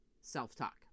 self-talk